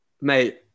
mate